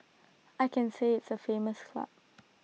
I can say it's A famous club